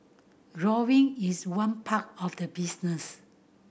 rolling is one part of the business